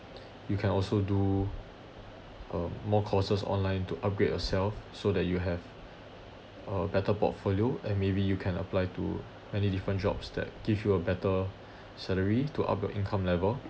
you can also do uh more courses online to upgrade yourself so that you have a better portfolio and maybe you can apply to any different jobs that give you a better salary to up your income level